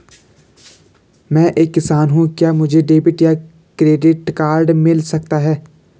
मैं एक किसान हूँ क्या मुझे डेबिट या क्रेडिट कार्ड मिल सकता है?